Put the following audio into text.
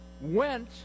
went